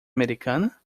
americana